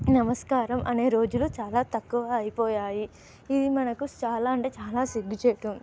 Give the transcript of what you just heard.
నమస్కారం అనే రోజులు చాలా తక్కువ అయిపోయాయి ఇది మనకు చాలా అంటే చాలా సిగ్గు చేటు